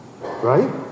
Right